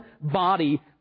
body